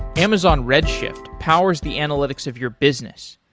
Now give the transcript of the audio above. amazon redshift powers the analytics of your business.